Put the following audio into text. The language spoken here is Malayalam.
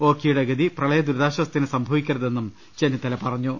ഓഖി യുടെ ഗതി പ്രളയ ദുരിതാശ്വാസത്തിന് സംഭവിക്കരുതെന്നും ചെന്നി ത്തല പറഞ്ഞു